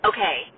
Okay